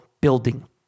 building